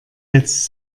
jetzt